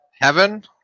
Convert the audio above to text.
Heaven